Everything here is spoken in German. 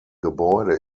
gebäude